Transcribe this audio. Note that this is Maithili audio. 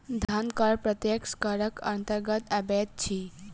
धन कर प्रत्यक्ष करक अन्तर्गत अबैत अछि